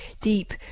deep